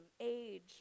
age